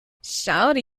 shawty